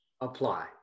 apply